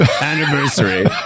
anniversary